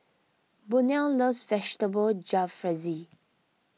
Burnell loves Vegetable Jalfrezi